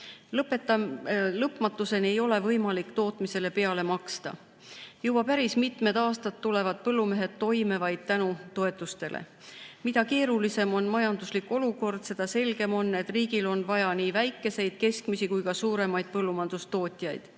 Lõpmatuseni ei ole võimalik tootmisele peale maksta. Juba päris mitmed aastad tulevad põllumehed toime vaid tänu toetustele. Mida keerulisem on majanduslik olukord, seda selgem on, et riigil on vaja nii väikeseid, keskmisi kui ka suuremaid põllumajandustootjaid.